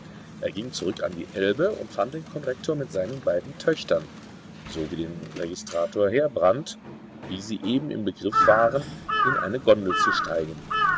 er ging zurück an die elbe und fand den konrektor mit seinen beiden töchtern sowie den registrator heerbrand wie sie eben im begriff waren in eine gondel zu steigen